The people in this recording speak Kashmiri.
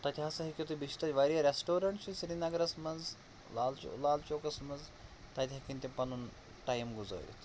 تَتہِ ہَسا ہیٚکِو تُہۍ بیٚیہِ چھِ تَتہِ واریاہ ریٚسٹورنٛٹ چھِ سرینگرَس منٛز لالچو لالچوکَس منٛز تَتہِ ہیٚکن تِم پَنُن ٹایِم گُزٲرِتھ